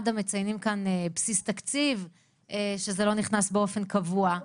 מד"א מציינים כאן בסיס תקציב שזה לא נכנס באופן קבוע.